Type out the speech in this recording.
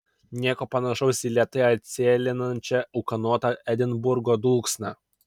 nieko panašaus į lėtai atsėlinančią ūkanotą edinburgo dulksną